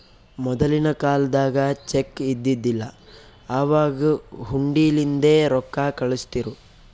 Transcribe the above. ಮೊದಲಿನ ಕಾಲ್ದಾಗ ಚೆಕ್ ಇದ್ದಿದಿಲ್ಲ, ಅವಾಗ್ ಹುಂಡಿಲಿಂದೇ ರೊಕ್ಕಾ ಕಳುಸ್ತಿರು